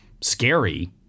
scary